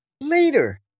later